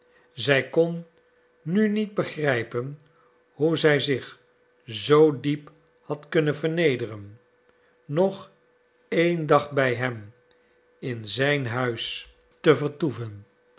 zij kon nu niet begrijpen hoe zij zich zoo diep had kunnen vernederen nog een dag bij hem in zijn huis te vertoeven